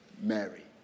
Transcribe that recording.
Mary